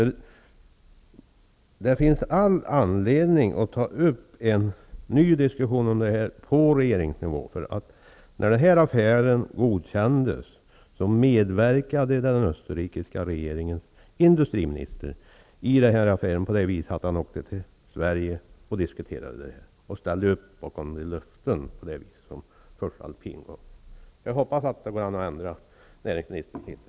Det finns alltså all anledning att ta upp en ny diskussion i frågan på regeringsnivå. När den här affären godkändes medverkade nämligen industriministern i den österrikiska regeringen så till vida att han kom hit till Sverige för att diskutera dessa saker. På det viset ställde han upp på Voest Jag hoppas alltså att det går att få näringsministern att ändra inställning.